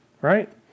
Right